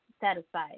Satisfied